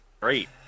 great